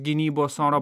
gynybos oro